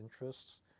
interests